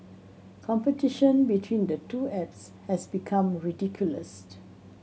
competition between the two apps has become ridiculous